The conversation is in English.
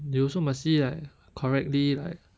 they also must see like correctly like